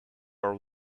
are